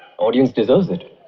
audience deserves it.